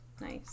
Nice